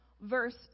verse